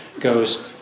goes